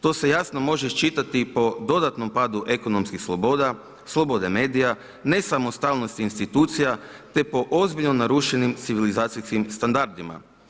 To se jasno može iščitati po dodatnom padu ekonomskih sloboda, slobode medija, nesamostalnosti institucija te po ozbiljno narušenim civilizacijskim standardima.